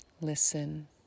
Listen